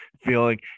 feeling